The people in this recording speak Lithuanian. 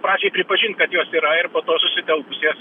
pradžioj pripažint kad jos yra ir po to susitelkus jas